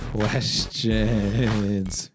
Questions